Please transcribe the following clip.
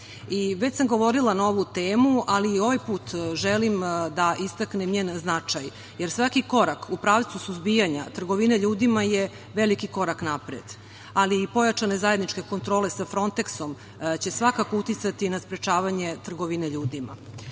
Već sam govorila na ovu temu, ali i ovaj put želim da istaknem njen značaj. Jer, svaki korak u pravcu suzbijanja trgovine ljudima je veliki korak napred, ali i pojačane zajedničke kontrole sa Fronteksom će svakako uticati na sprečavanje trgovine ljudima. Inače,